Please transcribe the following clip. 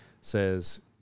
says